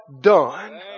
done